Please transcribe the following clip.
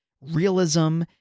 realism